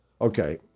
okay